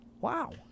Wow